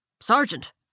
Sergeant